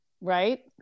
Right